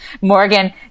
Morgan